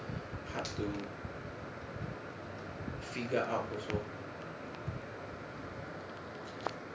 hard to figure out also